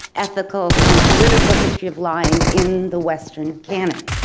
ethical and political history of lying in the western cannon.